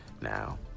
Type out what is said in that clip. now